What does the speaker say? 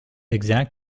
exact